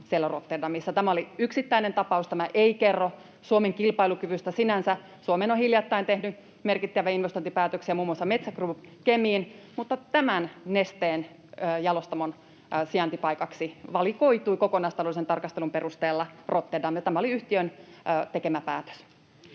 siellä Rotterdamissa. Tämä oli yksittäinen tapaus, tämä ei kerro Suomen kilpailukyvystä sinänsä. Suomeen on hiljattain tehty merkittäviä investointipäätöksiä, muun muassa Metsä Group Kemiin, mutta tämän Nesteen jalostamon sijaintipaikaksi valikoitui kokonaistaloudellisen tarkastelun perusteella Rotterdam, ja tämä oli yhtiön tekemä päätös.